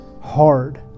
hard